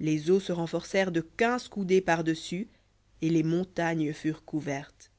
les eaux se renforcèrent de quinze coudées par-dessus et les montagnes furent couvertes